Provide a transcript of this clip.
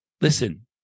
Listen